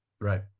Right